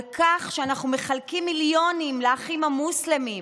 על כך שאנחנו מחלקים מיליונים לאחים המוסלמים.